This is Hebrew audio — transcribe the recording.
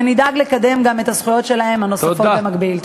ונדאג לקדם גם את הזכויות הנוספות שלהם במקביל.